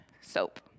soap